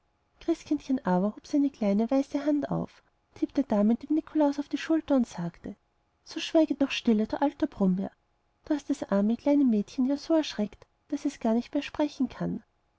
christkindchen aber hob seine kleine weiße hand auf tippte damit dem nikolaus auf die schulter und sagte so schweige doch stille du alter brummbär du hast das arme kleine mädchen ja so erschreckt daß es gar nicht mehr sprechen kann